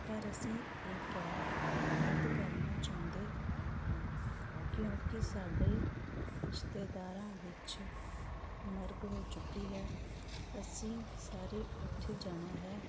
ਪਰ ਅਸੀਂ ਇਹ ਕੈਬ ਰੱਦ ਕਰਨਾ ਚਾਹੁੰਦੇ ਹਾਂ ਕਿਉਂਕਿ ਸਾਡੇ ਰਿਸ਼ਤੇਦਾਰਾਂ ਵਿੱਚ ਮਰਗ ਹੋ ਚੁੱਕੀ ਹੈ ਅਸੀਂ ਸਾਰੇ ਉੱਥੇ ਜਾਣਾ ਹੈ